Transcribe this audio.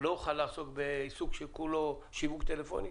לא אוכל לעסוק בעיסוק שכולו שיווק טלפוני?